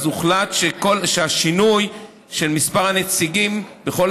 הוחלט שהשינוי של מספר הנציגים בכל